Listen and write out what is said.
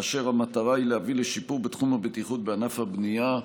והמטרה היא להביא לשיפור בתחום הבטיחות בענף הבנייה,